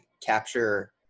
capture